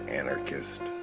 anarchist